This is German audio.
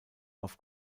auf